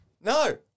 No